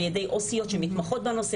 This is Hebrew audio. על ידי עובדות סוציאליות שמתמחות בנושא,